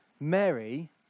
Mary